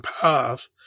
path